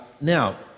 Now